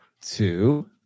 two